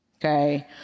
okay